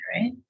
right